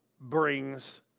brings